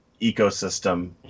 ecosystem